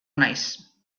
naiz